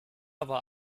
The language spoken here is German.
war